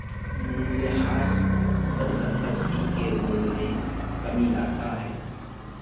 मूलयह्रास परिसंपत्ति के मूल्य में कमी लाता है